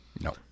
No